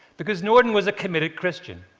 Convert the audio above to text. because norden was a committed christian.